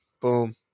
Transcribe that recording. Boom